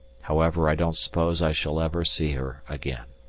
however, i don't suppose i shall ever see her again.